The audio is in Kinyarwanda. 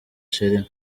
cherie